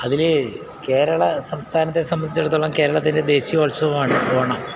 അതിൽ കേരള സംസ്ഥാനത്തെ സംബന്ധിച്ചിടത്തോളം കേരളത്തിൻ്റെ ദേശീയ ഉത്സവമാണ് ഓണം